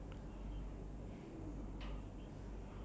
ya let's talk about the person pushing